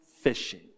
fishing